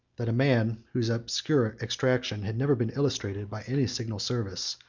that a man, whose obscure extraction had never been illustrated by any signal service,